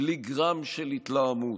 בלי גרם של התלהמות,